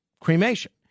cremation